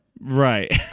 Right